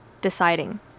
deciding